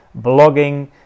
blogging